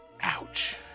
Ouch